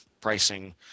pricing